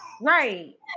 Right